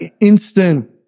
instant